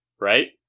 Right